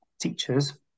teachers